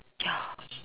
ya